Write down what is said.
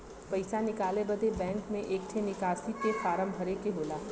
पइसा निकाले बदे बैंक मे एक ठे निकासी के फारम भरे के होला